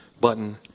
button